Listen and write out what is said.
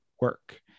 work